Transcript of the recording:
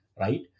right